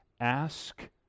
ask